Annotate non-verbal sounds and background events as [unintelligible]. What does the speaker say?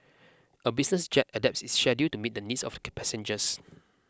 a business jet adapts its schedule to meet the needs of [unintelligible] passengers